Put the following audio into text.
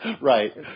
Right